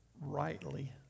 rightly